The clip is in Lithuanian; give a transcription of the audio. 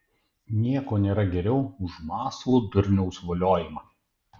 nieko nėra geriau už mąslų durniaus voliojimą